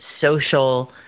social